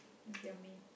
that's yummy